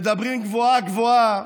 מדברים גבוהה-גבוהה,